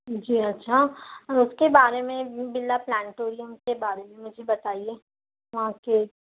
جی اچھا اس کے بارے میں برلا پلانٹوریم کے بارے میں مجھے بتائیے اوکے